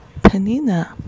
Panina